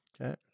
Okay